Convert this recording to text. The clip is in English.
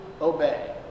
obey